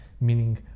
Meaning